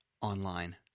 online